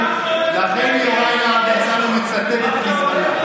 לכן יוראי להב הרצנו מצטט את חיזבאללה.